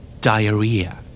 Diarrhea